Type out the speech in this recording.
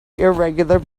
irregular